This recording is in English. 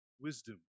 wisdom